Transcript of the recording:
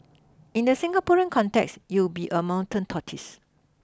in the Singaporean context you'll be a mountain tortoise